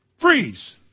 freeze